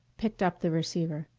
picked up the receiver.